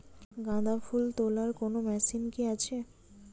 গাঁদাফুল তোলার কোন মেশিন কি আছে?